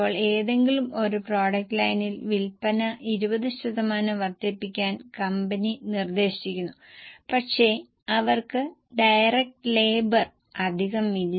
ഇപ്പോൾ ഏതെങ്കിലും ഒരു പ്രോഡക്റ്റ് ലൈനിൽ വിൽപ്പന 20 ശതമാനം വർദ്ധിപ്പിക്കാൻ കമ്പനി നിർദ്ദേശിക്കുന്നു പക്ഷേ അവർക്ക് ഡയറക്റ്റ് ലേബർ അധികമില്ല